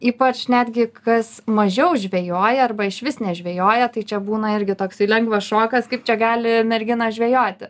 ypač netgi kas mažiau žvejoja arba išvis nežvejoja tai čia būna irgi toksai lengvas šokas kaip čia gali mergina žvejoti